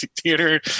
theater